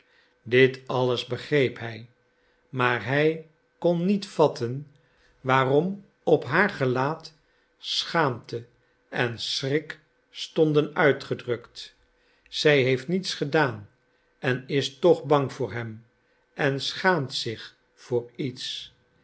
dit alles begreep hij maar hij kon niet vatten waarom op haar gelaat schaamte en schrik stonden uitgedrukt zij heeft niets gedaan en is toch bang voor hem en schaamt zich voor iets